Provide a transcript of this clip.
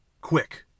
Quick